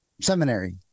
seminary